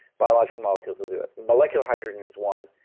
biological molecules will do it molecular hydrogen is one,